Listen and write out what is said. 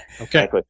Okay